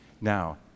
Now